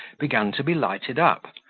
began to be lighted up,